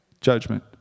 Judgment